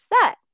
set